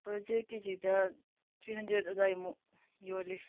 ꯑꯦꯄꯜꯁꯦ ꯀꯦꯖꯤꯗ three hundred ꯑꯗꯨꯋꯥꯏꯃꯨꯛ ꯌꯣꯜꯂꯤ